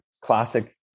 classic